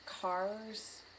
cars